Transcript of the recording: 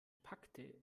packte